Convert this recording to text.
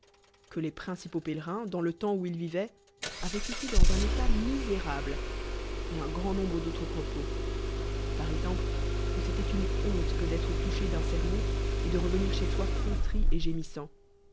que lu principaux pélerins dans le temp où il vivaient avoient été dans un état où ézeble et un grand nombre d'au trec propos par exemple que c'é toit une honte que d'être tonché d'un sermon et de revenirchezsoi contrit et gémissant